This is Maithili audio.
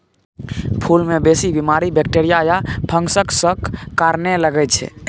फुल मे बेसी बीमारी बैक्टीरिया या फंगसक कारणेँ लगै छै